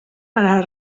para